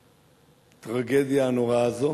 בטרגדיה הנוראה הזו.